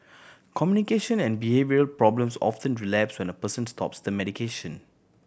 communication and behavioural problems often relapse when the person stops the medication